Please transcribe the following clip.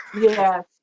Yes